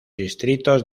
distritos